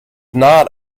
not